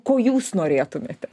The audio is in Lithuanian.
ko jūs norėtumėte